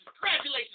Congratulations